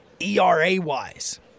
ERA-wise